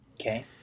Okay